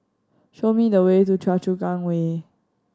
show me the way to Choa Chu Kang Way